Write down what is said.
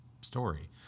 story